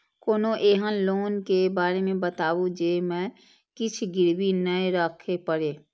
कोनो एहन लोन के बारे मे बताबु जे मे किछ गीरबी नय राखे परे?